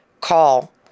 call